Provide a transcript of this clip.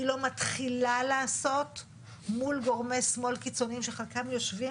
היא לא מתחילה לעשות מול גורמי שמאל קיצוניים שחלקם יושבים